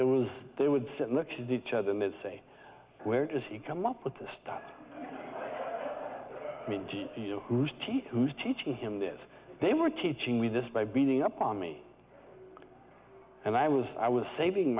it was they would sit next to each other and say where does he come up with this stuff i mean geez you know who's t who's teaching him this they were teaching me this by beating up on me and i was i was saving